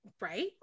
right